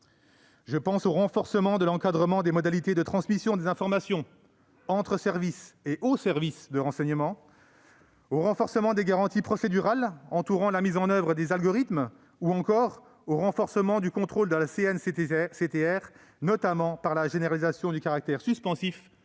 avec le renforcement de l'encadrement des modalités de transmission des informations entre services et aux services de renseignement et celui des garanties procédurales entourant la mise en oeuvre des algorithmes ou encore celui du contrôle de la CNCTR, notamment par la généralisation du caractère suspensif